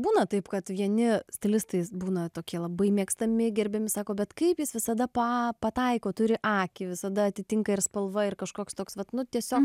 būna taip kad vieni stilistais būna tokie labai mėgstami gerbiami sako bet kaip jis visada pa pataiko turi akį visada atitinka ir spalva ir kažkoks toks vat nu tiesiog